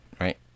right